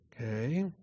Okay